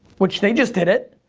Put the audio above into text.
which they just did it.